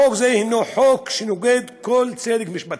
חוק זה הוא חוק שנוגד כל צדק משפטי,